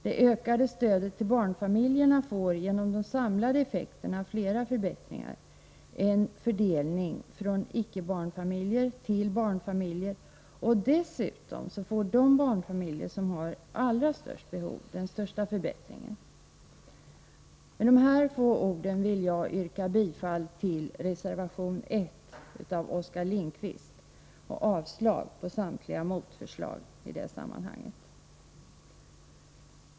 Det ökade stödet till barnfamiljerna får genom de samlade effekterna fler förbättringar än vid en fördelning från familjer utan barn till barnfamiljer. Dessutom får de barnfamiljer som har de allra största behoven den största förbättringen. Med dessa få ord vill jag yrka bifall till reservation nr 1 av Oskar Lindkvist och avslag på samtliga motförslag i sammanhanget.